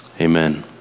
Amen